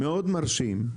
זה מרשים מאוד,